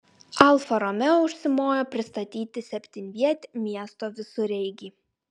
alfa romeo užsimojo pristatyti septynvietį miesto visureigį